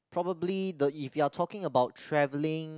probably the if you are talking about travelling